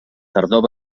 tardor